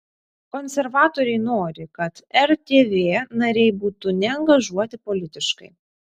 konservatoriai nori kad rtv nariai būtų neangažuoti politiškai